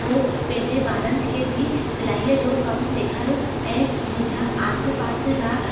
पोइ पंहिंजे ॿारनि खे बि सिलाईअ जो कमु सेखारियो ऐं मुंहिंजा आसे पासे जा